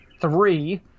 three